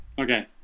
Okay